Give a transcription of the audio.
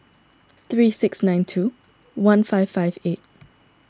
three six nine two one five five eight